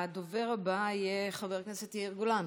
הדובר הבא יהיה חבר הכנסת יאיר גולן.